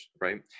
right